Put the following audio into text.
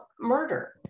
murder